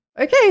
Okay